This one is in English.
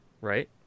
Right